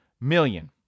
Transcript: million